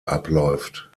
abläuft